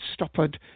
Stoppard